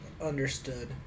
Understood